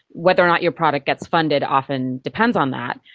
whether or not your product gets funded often depends on that,